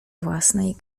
własnej